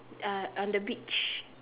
uh on the beach